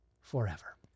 forever